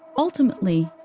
ultimately,